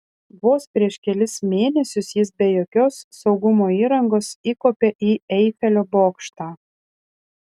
vos prieš kelis mėnesius jis be jokios saugumo įrangos įkopė į eifelio bokštą